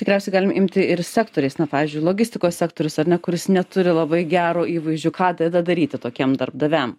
tikriausiai galim imti ir sektoriais na pavyzdžiui logistikos sektorius ar ne kuris neturi labai gero įvaizdžio ką tada daryti tokiem darbdaviam